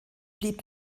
blieb